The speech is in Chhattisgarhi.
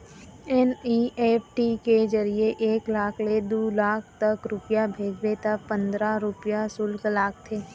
एन.ई.एफ.टी के जरिए एक लाख ले दू लाख तक रूपिया भेजबे त पंदरा रूपिया सुल्क लागथे